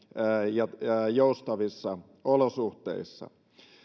ja joustavissa olosuhteissa